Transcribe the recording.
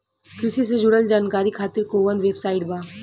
कृषि से जुड़ल जानकारी खातिर कोवन वेबसाइट बा?